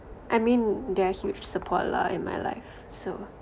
I mean they are huge support lah in my life so